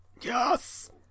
yes